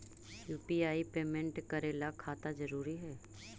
UPI payment करे ला खाता जरूरी है?